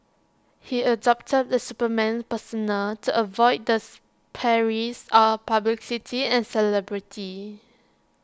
he adopted the Superman persona to avoid this perils of publicity and celebrity